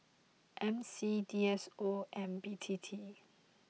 M C D S O and B T T